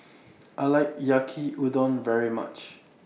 I like Yaki Udon very much